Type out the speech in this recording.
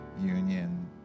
union